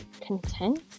content